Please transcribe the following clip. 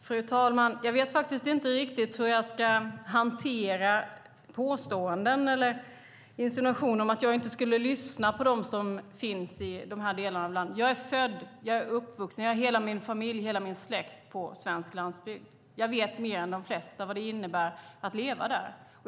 Fru talman! Jag vet inte riktigt hur jag ska hantera påståenden eller insinuationer om att jag inte skulle lyssna på dem som finns i de här delarna av landet. Jag är född och uppvuxen i svensk landsbygd. Jag har hela min familj och hela min släkt på svensk landsbygd. Jag vet mer än de flesta vad det innebär att leva där.